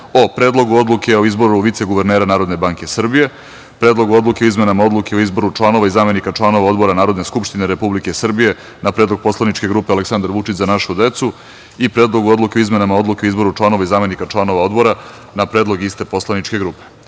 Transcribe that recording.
o Predlogu odluke o izboru viceguvernera Narodne banke Srbije, Predlogu odluke o izboru članova i zamenika članova Odbora Narodne skupštine Republike Srbije, na predlog poslaničke grupe Aleksandar Vučić – Zajedno za našu decu i Predlog odluke o izmenama odluke o izboru članova i zamenike članova Odbora, na predlog iste poslaničke grupe. Da